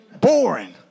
Boring